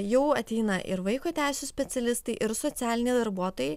jau ateina ir vaiko teisių specialistai ir socialiniai darbuotojai